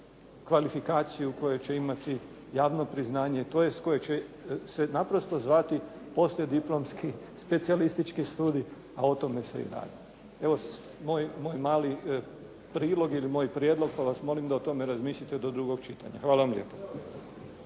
kvalifikaciju koje će imati javno priznanje koje će se naprosto zvati poslijediplomski, specijalistički studij a o tome se i radi. Moj mali prilog ili prijedlog pa vas molim da o tome razmislite do drugog čitanja. Hvala vam lijepo.